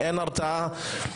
אין הרתעה.